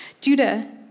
Judah